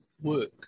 work